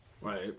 right